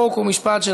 חוק ומשפט,